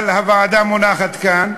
אבל הרכב הוועדה מונח כאן,